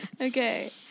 Okay